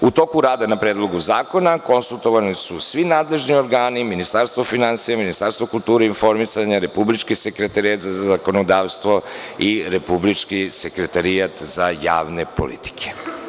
U toku rada na predlogu zakona konsultovani su svi nadležni organi, Ministarstvo finansija, Ministarstvo kulture i informisanja, Republički sekretarijat za zakonodavstvo i Republički sekretarijat za javne politike.